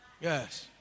yes